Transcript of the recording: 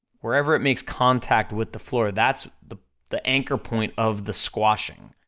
wherever it makes contact with the floor, that's the the anchor point of the squashing.